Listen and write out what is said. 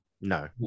No